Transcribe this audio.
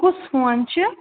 کُس فون چھِ